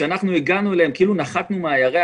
כשאנחנו הגענו אליהם, זה היה כאילו נחתנו מהירח.